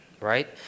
right